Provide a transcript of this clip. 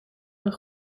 een